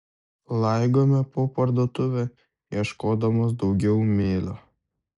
laigome po parduotuvę ieškodamos daugiau mėlio